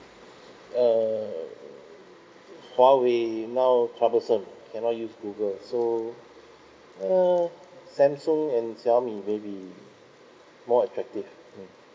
err huawei now troublesome cannot use google so you know samsung and xiaomi may be more attractive mm